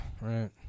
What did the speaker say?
right